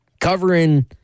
Covering